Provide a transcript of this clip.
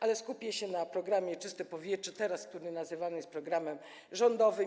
Ale skupię się na programie „Czyste powietrze” teraz, który nazywany jest programem rządowym.